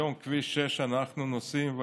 היום אנחנו נוסעים בכביש 6,